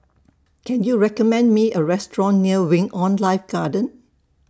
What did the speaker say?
Can YOU recommend Me A Restaurant near Wing on Life Garden